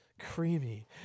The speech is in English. Creamy